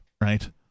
Right